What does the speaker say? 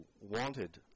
wanted